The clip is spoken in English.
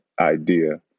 idea